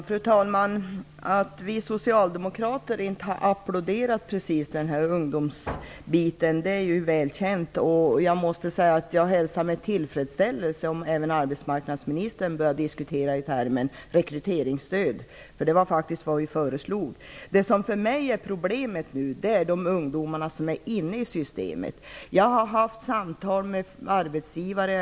Fru talman! Att vi socialdemokrater inte precis har applåderat bidraget till ungdomspraktikanter är väl känt, och jag hälsar med tillfredsställelse om även arbetsmarknadsministern börjar diskutera i termer av rekryteringsstöd, vilket faktiskt var vad vi socialdemokrater föreslog. Det som jag nu ser som ett problem är de ungdomar som är inne i systemet. Jag har haft samtal med ungdomar och med arbetsgivare.